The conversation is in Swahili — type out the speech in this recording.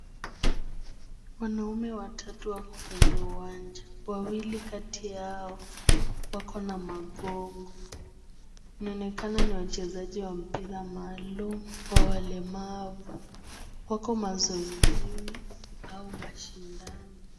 Wanaume watatu wako kwenye uwanja, wawili kati yao wako na makongo . Inaonekana ni wachezaji wa mpira maalum wa walemavu, wako mazoezini au mashindano.